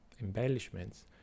embellishments